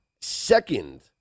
second